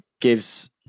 gives